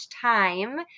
time